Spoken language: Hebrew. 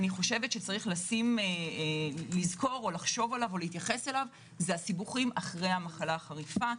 שיש לזכור ולהתייחס אליו הסיבוכים אחרי המחלה החריפה.